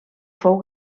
fou